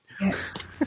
Yes